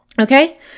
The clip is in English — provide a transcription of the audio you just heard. Okay